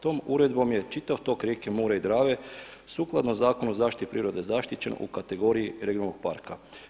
Tom uredbom je čitav tok rijeke Mure i Drave sukladno Zakonu o zaštiti prirode zaštićen u kategoriji regionalnog parka.